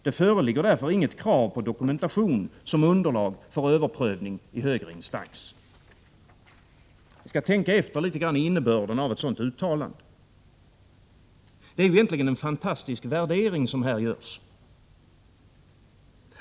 Det föreligger därför inget krav på dokumentation som underlag för överprövning i högre instans.” Tänk efter litet grand vad innebörden av ett sådant uttalande är! Det är egentligen en fantastisk värdering som här görs.